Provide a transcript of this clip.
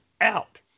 out